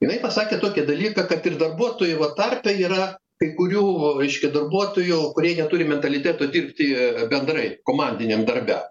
jinai pasakė tokį dalyką kad ir darbuotojų va tarpe yra kai kurių reiškia darbuotojų kurie neturi mentaliteto dirbti bendrai komandiniam darbe